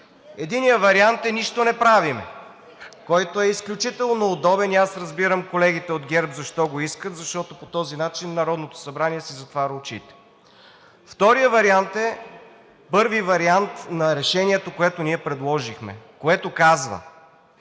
Единият вариант е нищо не правим, който е изключително удобен, и аз разбирам колегите от ГЕРБ защо го искат, защото по този начин Народното събрание си затваря очите. Вторият вариант е първи вариант на решението, което ние предложихме, което казва: